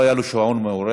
לא היה לו שעון מעורר,